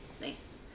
nice